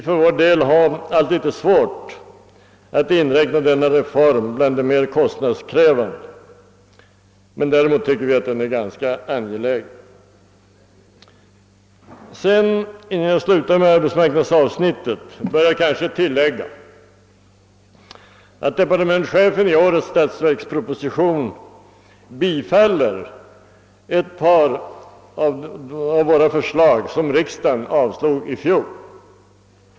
För vår del har vi haft svårt att inräkna denna reform bland de mer kostnadskrävande, men däremot tycker vi att den är ganska angelägen. Sedan bör jag kanske tillägga, innan jag slutar med arbetsmarknadsavsnittet, att departementschefen i årets statsverksproposition har upptagit ett par av våra förslag som riksdagen avslog i fjol.